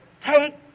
take